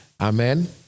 Amen